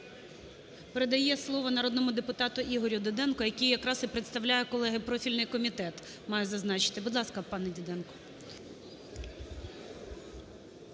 передає слово народному депутату Ігорю Діденко, який якраз і представляє, колеги, профільний комітет, маю зазначити. Будь ласка, пане Діденко.